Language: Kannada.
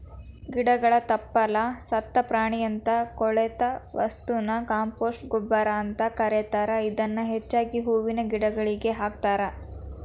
ಗಿಡಗಳ ತಪ್ಪಲ, ಸತ್ತ ಪ್ರಾಣಿಯಂತ ಕೊಳೆತ ವಸ್ತುನ ಕಾಂಪೋಸ್ಟ್ ಗೊಬ್ಬರ ಅಂತ ಕರೇತಾರ, ಇದನ್ನ ಹೆಚ್ಚಾಗಿ ಹೂವಿನ ಗಿಡಗಳಿಗೆ ಹಾಕ್ತಾರ